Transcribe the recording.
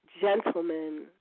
gentlemen